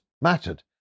mattered